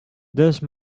these